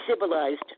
civilized